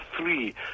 three